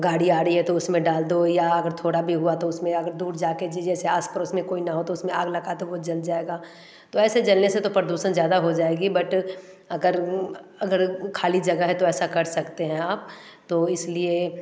गाड़ी आ रही है तो उसमें डाल दो या अगर थोड़ा भी हुआ तो उसमें अगर दूर जाके जी जैसे आस पड़ोस में कोई ना हो तो उसमें आग लगा दो वो जल जाएगा तो ऐसे जलने से तो प्रदुषण ज्यादा हो जाएगी बट अगर अगर खाली जगह है तो ऐसा कर सकते हैं आप तो इसलिए